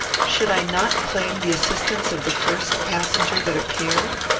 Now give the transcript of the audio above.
should i not claim the assistance of the first passenger that appeared?